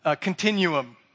Continuum